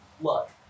look